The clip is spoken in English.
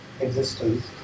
existence